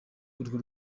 urwo